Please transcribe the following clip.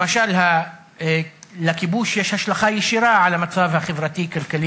למשל לכיבוש יש השלכה ישירה על המצב החברתי-כלכלי